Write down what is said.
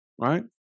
right